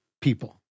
people